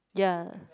ya